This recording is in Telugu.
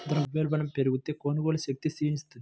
ద్రవ్యోల్బణం పెరిగితే, కొనుగోలు శక్తి క్షీణిస్తుంది